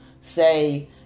say